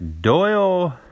Doyle